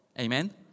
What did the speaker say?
Amen